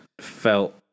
felt